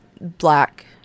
black